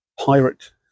pirate